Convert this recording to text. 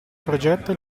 progetto